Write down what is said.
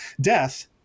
death